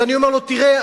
אז אני אומר לו: תראה,